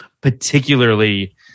particularly